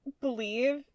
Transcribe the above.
believe